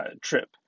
trip